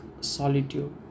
solitude